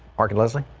mark and leslie.